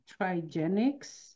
Trigenics